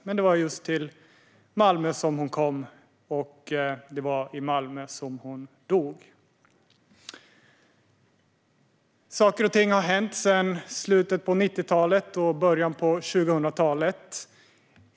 Men det var just till Malmö hon kom, och det var där hon dog. Saker och ting har hänt sedan slutet av 1990-talet och början av 2000-talet.